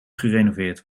gerenoveerd